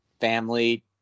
family